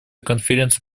конференции